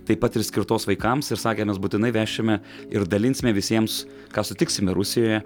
taip pat ir skirtos vaikams ir sakė mes būtinai vešime ir dalinsime visiems ką sutiksime rusijoje